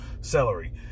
celery